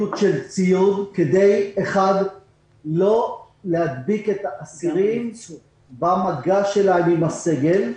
בהצטיידות כדי לא להדביק את האסירים במגע שלהם עם הסגל,